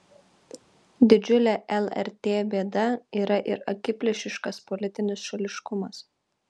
didžiulė lrt bėda yra ir akiplėšiškas politinis šališkumas